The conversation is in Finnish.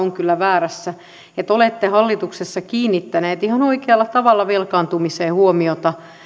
on kyllä väärässä että olette hallituksessa kiinnittäneet ihan oikealla tavalla velkaantumiseen huomiota